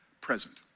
present